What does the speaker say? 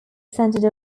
centered